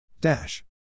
Dash